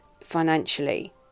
financially